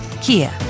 Kia